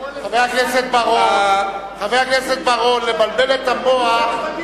נקבע על-ידי, חבר הכנסת בר-און, "לבלבל את המוח",